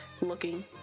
looking